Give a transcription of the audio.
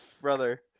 Brother